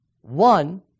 One